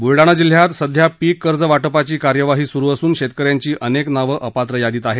ब्लडाण जिल्ह्यात सध्या पिक कर्ज वाटपाची कार्यवाही सुरू असून शेतकऱ्यांची अनेक नावं अपात्र यादीत आहेत